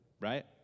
right